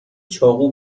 چاقو